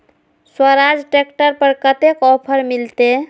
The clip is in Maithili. स्वराज ट्रैक्टर पर कतेक ऑफर मिलते?